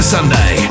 Sunday